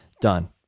Done